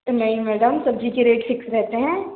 नहीं मैडम सब्जी के रेट फिक्स रहते हैं